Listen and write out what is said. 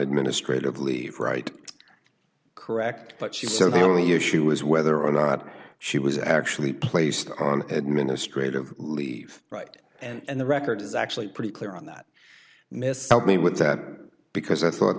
administrative leave right correct but she said the only issue was whether or not she was actually placed on administrative leave right and the record is actually pretty clear on that miss me with that because i thought